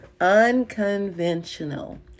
unconventional